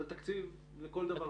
זה תקציב לכל דבר ועניין.